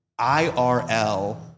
IRL